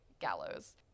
gallows